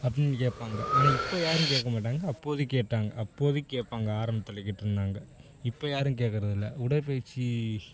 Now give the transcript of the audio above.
அப்படின்னு கேட்பாங்க ஆனால் இப்போ யாரும் கேட்க மாட்டாங்க அப்போதைக்கி கேட்டாங்க அப்போதைக்கி கேட்பாங்க ஆரம்பத்தில் கேட்டிருந்தாங்க இப்போ யாரும் கேட்குறதில்ல உடற்பயிற்சி